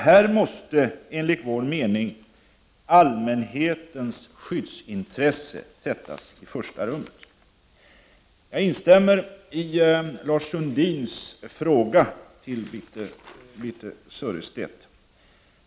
Här måste enligt utskottets uppfattning allmänhetens skyddsintresse sättas i första rummet.” Jag instämmer i Lars Sundins fråga till Birthe Sörestedt.